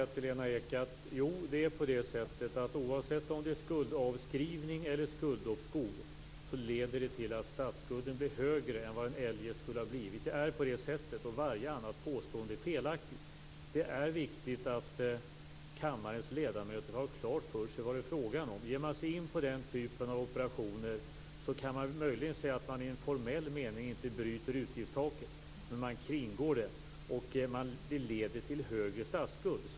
Fru talman! Först skall jag säga till Lena Ek att oavsett om det är skuldavskrivning eller skulduppskov leder det till att statsskulden blir högre än vad den eljest skulle ha blivit. Det är på det sättet och varje annat påstående är felaktigt. Det är viktigt att kammarens ledamöter har klart för sig vad det är fråga om. Ger man sig in på den typen av operationer kan man möjligen säga att man i formell mening inte bryter utgiftstaket. Men man kringgår det, och det leder till högre statsskuld.